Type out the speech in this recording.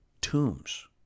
tombs